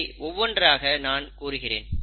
இதை ஒவ்வொன்றாக நான் கூறுகிறேன்